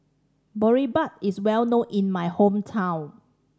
boribap is well known in my hometown